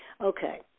Okay